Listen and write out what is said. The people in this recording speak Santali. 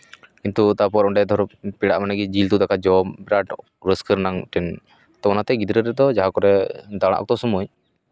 ᱠᱤᱱᱛᱩ ᱛᱟᱨᱯᱚᱨ ᱚᱸᱰᱮ ᱫᱷᱚᱨᱚ ᱯᱮᱲᱟ ᱢᱟᱱᱮ ᱜᱮ ᱡᱤᱞ ᱩᱛᱩ ᱫᱟᱠᱟ ᱡᱚᱢ ᱵᱤᱨᱟᱴ ᱨᱟᱹᱥᱠᱟᱹ ᱨᱮᱱᱟᱝ ᱢᱤᱫᱴᱮᱱ ᱚᱱᱟᱛᱮ ᱜᱤᱫᱽᱨᱟᱹ ᱨᱮᱫᱚ ᱡᱟᱦᱟᱸ ᱠᱚᱨᱮᱜ ᱫᱟᱬᱟ ᱚᱠᱛᱚ ᱥᱚᱢᱚᱭ